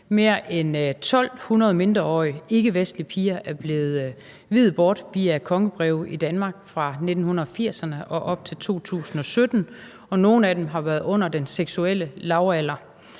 Mere end 1.200 mindreårige ikkevestlige piger er blevet viet bort via kongebreve i Danmark fra 1980'erne og op til 2017, og nogle af dem har været under den seksuelle lavalder.